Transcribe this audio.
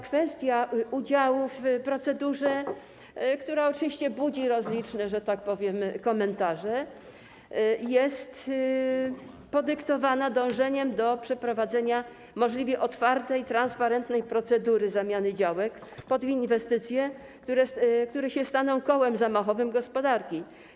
Kwestia udziału w procedurze, która oczywiście budzi rozliczne komentarze, jest podyktowana dążeniem do przeprowadzenia możliwie otwartej, transparentnej procedury zamiany działek pod inwestycje, które staną się kołem zamachowym gospodarki.